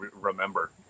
remember